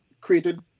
created